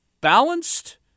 balanced